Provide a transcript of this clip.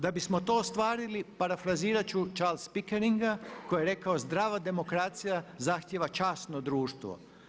Da bismo to ostvarili parafrazirat ću Charlesa Pickeringa koji je rekao „Zdrava demokracija zahtjeva časno društvo“